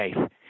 faith